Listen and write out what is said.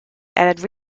had